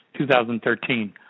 2013